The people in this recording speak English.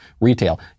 retail